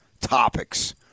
topics